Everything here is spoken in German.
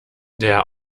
der